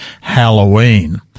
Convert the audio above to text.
Halloween